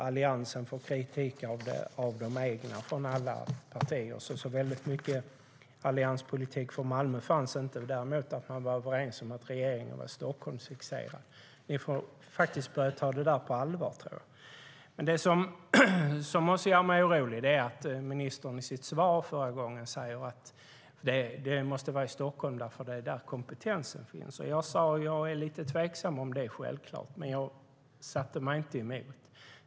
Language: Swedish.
Alliansen fick kritik från de egna och från alla andra partier. Det fanns inte så väldigt mycket allianspolitik på mötet i Malmö. Däremot var man överens om att regeringen var Stockholmsfixerad. Ni får faktiskt börja ta det där på allvar. Det som också gör mig orolig är att ministern i sitt svar förra gången sade att domstolen måste vara placerad i Stockholm därför att det är där kompetensen finns. Jag sade att jag var lite tveksam till det, men jag satte mig inte emot.